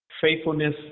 faithfulness